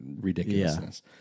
ridiculousness